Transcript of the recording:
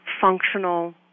functional